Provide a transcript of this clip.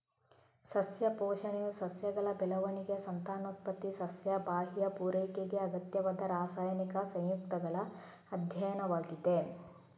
ಸಸ್ಯ ಪೋಷಣೆಯು ಸಸ್ಯಗಳ ಬೆಳವಣಿಗೆ, ಸಂತಾನೋತ್ಪತ್ತಿ, ಸಸ್ಯ ಬಾಹ್ಯ ಪೂರೈಕೆಗೆ ಅಗತ್ಯವಾದ ರಾಸಾಯನಿಕ ಸಂಯುಕ್ತಗಳ ಅಧ್ಯಯನವಾಗಿದೆ